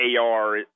AR